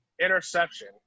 interception